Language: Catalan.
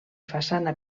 façana